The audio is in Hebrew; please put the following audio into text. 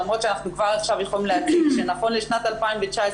למרות שאנחנו כבר עכשיו יכולים להציג שנכון לשנת 2019,